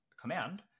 command